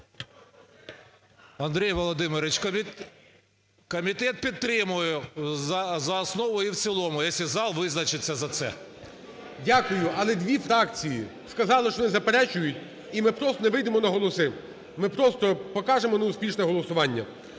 Андрій Володимирович, комітет підтримує за основу і в цілому, якщо зал визначиться за це. ГОЛОВУЮЧИЙ. Дякую. Але дві фракції сказали, що вони заперечують, і ми просто не вийдемо на голоси. Ми просто покажемо неуспішне голосування.